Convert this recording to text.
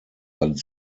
but